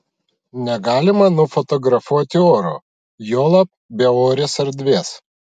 negalima nufotografuoti oro juolab beorės erdvės